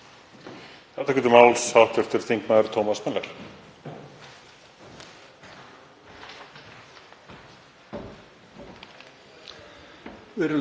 Þetta er mjög